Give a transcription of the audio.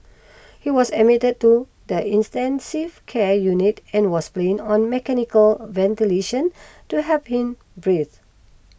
he was admitted to the intensive care unit and was plan on mechanical ventilation to help him breathe